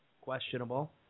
Questionable